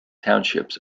townships